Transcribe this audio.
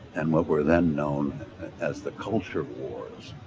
and what were then known as the culture wars,